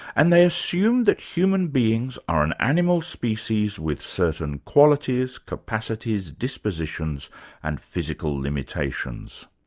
and they assume that human beings are an animal species with certain qualities, capacities, dispositions and physical limitations.